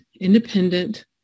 independent